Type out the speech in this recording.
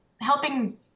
helping